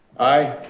aye.